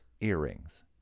earrings